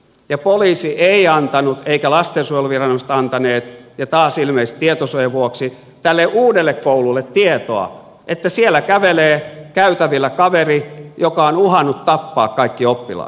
ja poliisi ei antanut eivätkä lastensuojeluviranomaiset antaneet ja taas ilmeisesti tietosuojan vuoksi tälle uudelle koululle tietoa että siellä kävelee käytävillä kaveri joka on uhannut tappaa kaikki oppilaat